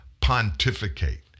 pontificate